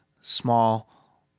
small